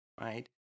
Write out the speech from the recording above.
right